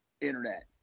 internet